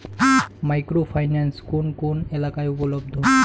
Micro finance কোন কোন এলাকায় উপলব্ধ?